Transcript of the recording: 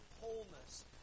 wholeness